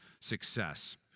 success